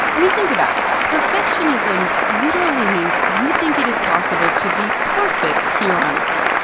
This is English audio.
i mean, think about it. perfectionism literally means you think it is possible to be perfect here on earth.